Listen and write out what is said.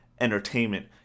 entertainment